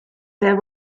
there